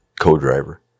co-driver